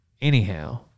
Anyhow